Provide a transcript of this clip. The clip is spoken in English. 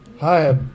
Hi